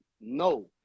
No